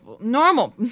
Normal